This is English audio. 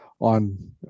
on